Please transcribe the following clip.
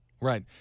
Right